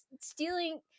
stealing